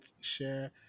share